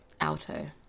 Alto